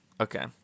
Okay